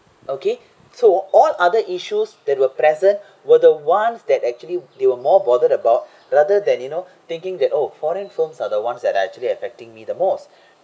okay so all other issues that were present were the ones that actually they were more bothered about rather than you know thinking that oh foreign films are the ones that actually affecting me the most